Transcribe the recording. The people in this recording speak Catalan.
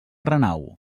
renau